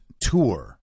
tour